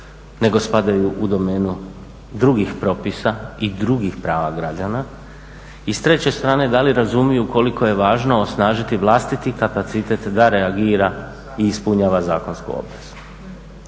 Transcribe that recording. nego spadaju u domenu drugih propisa i drugih prava građana. I s treće strane da li razumiju koliko je važno osnažiti vlastiti kapacitet da reagira i ispunjava zakonsku obavezu.